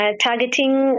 targeting